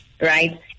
right